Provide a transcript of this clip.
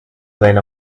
lena